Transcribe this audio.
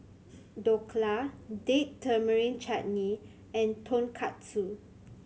Dhokla Date Tamarind Chutney and Tonkatsu